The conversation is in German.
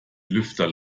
lüfter